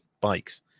bikes